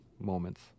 moments